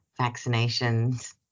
vaccinations